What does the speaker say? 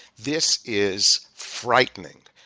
this is frightening.